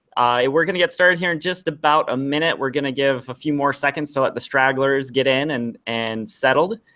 we're gonna get started here in just about a minute. we're gonna give a few more seconds to let the stragglers get in and and settled,